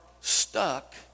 stuck